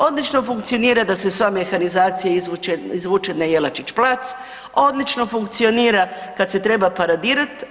Odlično funkcionira da se sva mehanizacija izvuče na Jelačić plac, odlično funkcionira kad se treba paradirati.